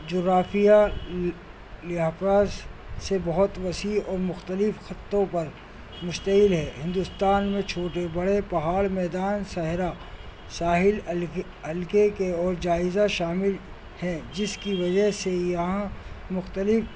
جغرافیہ لحاظ سے بہت وسیع اور مختلف خطوں پر مشتمل ہے ہندوستان میں چھوٹے بڑے پہاڑ میدان صحرا ساحل الگ حلقے کے اور جائزہ شامل ہیں جس کی وجہ سے یہاں مختلف